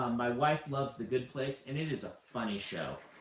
my wife loves the good place, and it is a funny show,